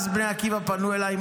אז בני עקיבא פנו אליי,